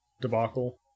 debacle